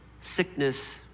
sickness